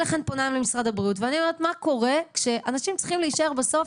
אני פונה למשרד הבריאות ואומרת מה קורה כשאנשים צריכים להישאר בסוף